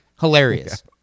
Hilarious